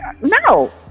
no